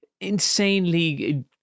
insanely